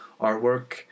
artwork